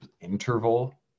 interval